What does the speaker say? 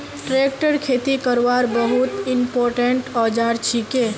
tractor खेती करवार बहुत इंपोर्टेंट औजार छिके